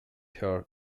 her